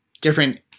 different